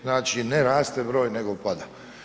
Znači, ne raste broj nego pada.